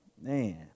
Man